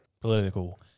Political